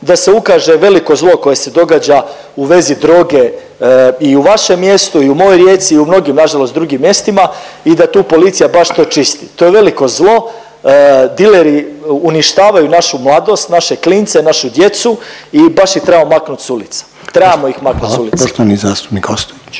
da se ukaže veliko zlo koje se događa u vezi droge i u vašem mjestu i u mojoj Rijeci i u mnogim nažalost drugim mjestima i da tu policija baš to čisti. To je veliko zlo, dileri uništavaju našu mladost, naše klince, našu djecu i baš ih trebamo maknut s ulice, trebamo ih maknut s ulice. **Reiner, Željko